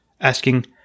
asking